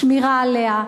שמירה עליה,